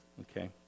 okay